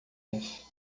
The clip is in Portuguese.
isso